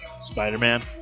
Spider-Man